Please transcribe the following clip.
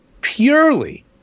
purely